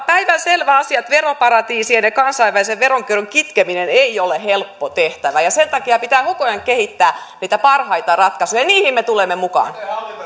päivänselvä asia että veroparatiisien ja kansainvälisen veronkierron kitkeminen ei ole helppo tehtävä ja sen takia pitää koko ajan kehittää niitä parhaita ratkaisuja ja niihin me tulemme mukaan